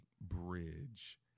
bridge